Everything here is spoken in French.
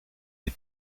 les